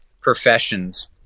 professions